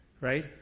right